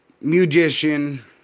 musician